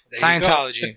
Scientology